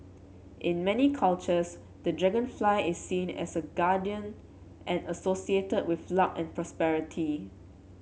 in many cultures the dragonfly is seen as a guardian and associated with luck and prosperity